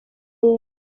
y’epfo